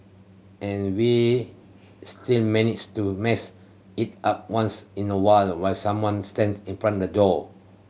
and we still manage to mess it up once in a while when someone stands in front the door